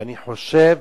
ואני חושב